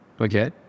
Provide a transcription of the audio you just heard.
Okay